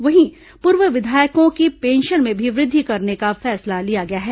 वहीं पूर्व विधायकों की पेंशन में भी वृद्धि करने का फैसला लिया गया है